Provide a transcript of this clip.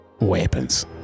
weapons